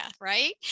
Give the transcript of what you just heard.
right